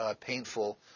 painful